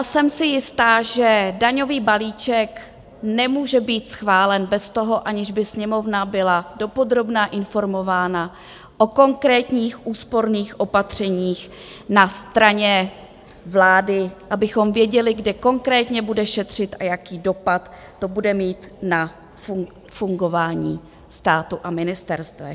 Jsem si jistá, že daňový balíček nemůže být schválen bez toho, aniž by Sněmovna byla dopodrobna informována o konkrétních úsporných opatřeních na straně vlády, abychom věděli, kde konkrétní bude šetřit a jaký dopad to bude mít na fungování státu a ministerstev.